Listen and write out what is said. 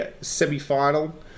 semi-final